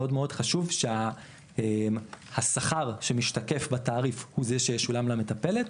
מאוד חשוב שהשכר שמשתקף בתעריף הוא זה שישולם למטפלת.